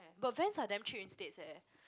but Vans are damn cheap in states eh